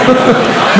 יכול להיות.